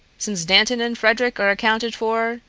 since dantan and frederic are accounted for,